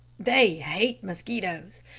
they hate mosquitoes,